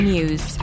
News